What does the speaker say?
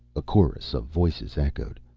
a chorus of voices echoed.